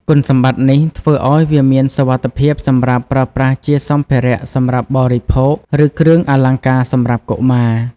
គុណសម្បត្តិនេះធ្វើឱ្យវាមានសុវត្ថិភាពសម្រាប់ប្រើប្រាស់ជាសម្ភារៈសម្រាប់បរិភោគ ឬគ្រឿងអលង្ការសម្រាប់កុមារ។